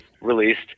released